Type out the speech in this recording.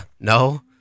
no